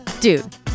dude